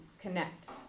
connect